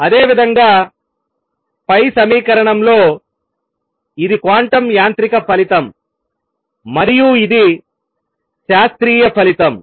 అదేవిధంగా పై సమీకరణంలో ఇది క్వాంటం యాంత్రిక ఫలితం మరియు ఇది శాస్త్రీయ ఫలితం